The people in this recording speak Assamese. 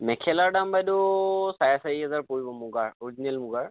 মেখলাৰ দাম বাইদেউ চাৰে চাৰিহেজাৰ পৰিব মুগাৰ অৰিজিনেল মুগাৰ